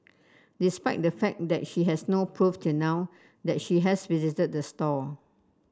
despite the fact that she has no proof till now that she has visited the store